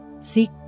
Seek